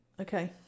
Okay